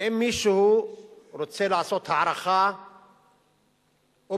ואם מישהו רוצה לעשות הערכה אובייקטיבית